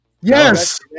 Yes